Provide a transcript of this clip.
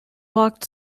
walked